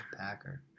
Packer